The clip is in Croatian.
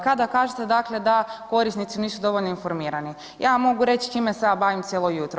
Kada kažete, dakle da korisnici niste dovoljno informirani, ja mogu reći čime se ja bavim cijelo jutro.